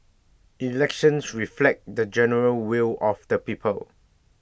elections reflect the general will of the people